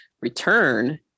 return